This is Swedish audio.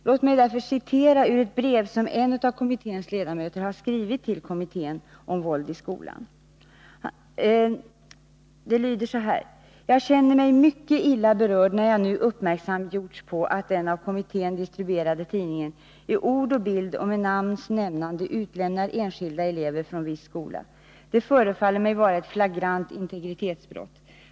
Låt mig citera ur ett brev som en av dem skrivit till kommittén mot våld i skolan: ”Jag känner mig mycket illa berörd när 'jag nu uppmärksamgjorts på att den av kommittén distribuerade tidningen i ord och bild och med namns nämnande utlämnar enskilda elever från viss skola. Det förefaller mig vara ett flagrant integritetsbrott.